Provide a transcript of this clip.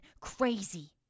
crazy